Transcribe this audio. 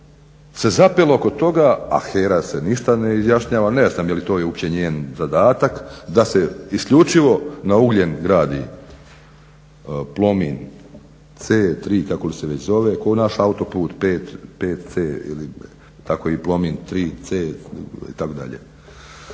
se zapelo oko toga, a HERA se ništa ne izjašnjava, ne znam je li to uopće njen zadatak, da se isključivo na ugljen gradi Plomin C, 3 kako li se već zove kao naš autoput VC tako i Plomin 3C itd. Dakle,